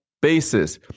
basis